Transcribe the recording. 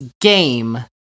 game